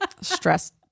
stress